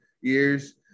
years